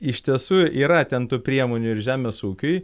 iš tiesų yra ten tų priemonių ir žemės ūkiui